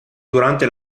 durante